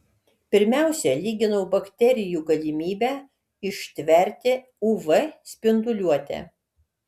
pirmiausia lyginau bakterijų galimybę ištverti uv spinduliuotę